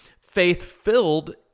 faith-filled